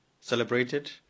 celebrated